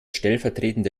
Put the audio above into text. stellvertretende